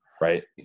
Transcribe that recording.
right